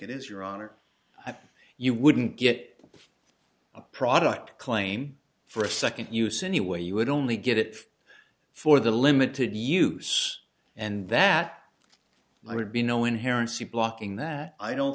it is your honor you wouldn't get a product claim for a second use anyway you would only get it for the limited use and that i would be no inherent see blocking that i don't